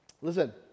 Listen